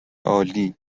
عالی